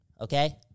okay